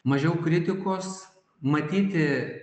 mažiau kritikos matyti